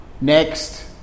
Next